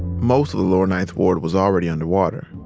most of the lower ninth ward was already underwater.